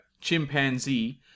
Chimpanzee